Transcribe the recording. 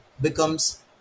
becomes